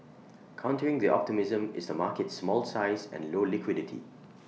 countering the optimism is the market's small size and low liquidity